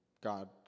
God